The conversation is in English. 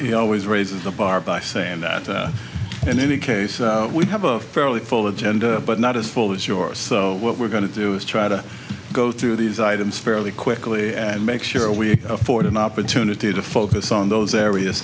he always raises the bar by saying that in any case we have a fairly full agenda but not as full as yours so what we're going to do is try to go through these items fairly quickly and make sure we afford an opportunity to focus on those areas